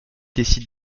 décident